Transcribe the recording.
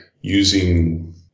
using